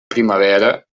primavera